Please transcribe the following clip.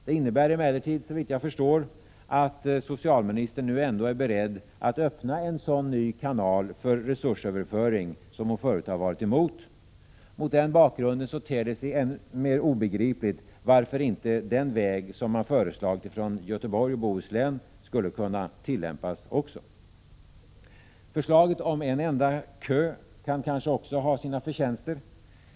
Det innebär emellertid, såvitt jag förstår, att socialministern nu är beredd att öppna en ny kanal för resursöverföring som hon förut varit emot. Skälen för att motsätta sig det försök som man ville göra i Göteborg och Bohuslän med att föra över pengar från sjukförsäkringen blir då ännu mer obegripliga. Förslaget om en enda kö kan kanske också ha sina förtjänster.